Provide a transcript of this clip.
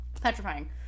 petrifying